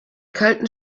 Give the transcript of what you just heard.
kalten